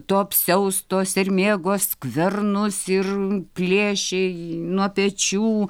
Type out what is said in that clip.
to apsiausto sermėgos skvernus ir plėšė nuo pečių